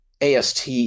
AST